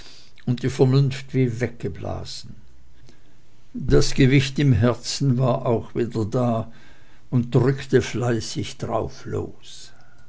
und die vernunft wie weggeblasen das gewicht im herzen war auch wieder da und drückte fleißig darauf los